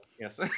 yes